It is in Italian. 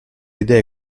idee